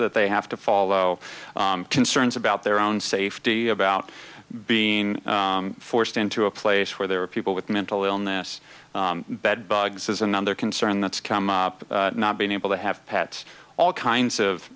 that they have to follow concerns about their own safety about being forced into a place where there are people with mental illness bed bugs is another concern that's come up not being able to have pets all kinds of